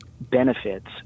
benefits